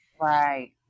Right